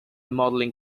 modelling